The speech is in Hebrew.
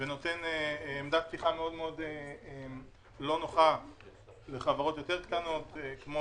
ונותן עמדת פתיחה לא נוחה לחברות קטנות כמו